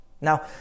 now